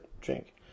drink